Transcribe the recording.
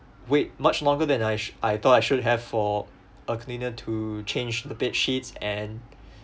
wait much longer than I shou~ I thought I should have for a cleaner to change the bed sheets and